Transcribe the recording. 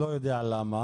אני לא יודע למה,